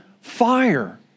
fire